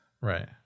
right